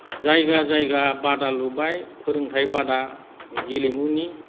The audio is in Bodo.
जायगा जायगा बादा लुबाय फोरोंथाय बादा गेलेमुनि